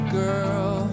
girl